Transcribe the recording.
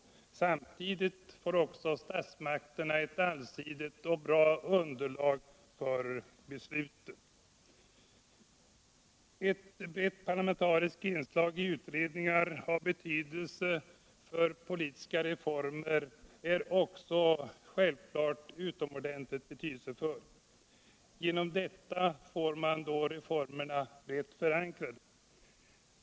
Samtidigt får också statsmakterna ett allsidigt och bra underlag för besluten. Ett brett parlamentariskt underlag i utredningar för politiska reformer är också självfallet utomordentligt betydelsefullt. Därigenom får man reformerna brett förankrade.